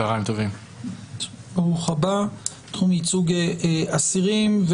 תחום ייצוג אסירים.